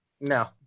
No